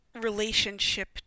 relationship